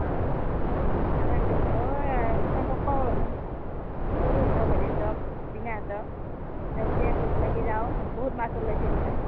অ' তাকেইটো মই কওঁ ৰ'চোন বীনাহঁতক গোটেইকেইটাই লগ লাগি যাওঁ বহুত মাছ ওলাইছে বোলে